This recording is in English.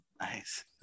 nice